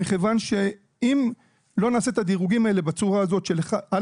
מכיוון שאם לא נעשה את הדירוגים האלה בצורה הזאת של 1,